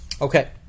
Okay